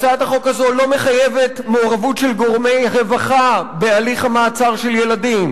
הצעת החוק הזאת לא מחייבת מעורבות של גורמי רווחה בהליך המעצר של ילדים.